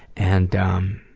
and um,